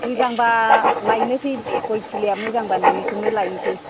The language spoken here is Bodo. मोजांब्ला लायनोसै दे गय फुलिया मोजांब्ला नोंनिखौनो लायनोसै